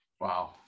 Wow